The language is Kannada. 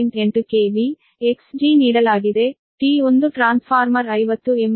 8 KV Xg ನೀಡಲಾಗಿದೆ T1 ಟ್ರಾನ್ಸ್ಫಾರ್ಮರ್ 50 MVA ಆಗಿದೆ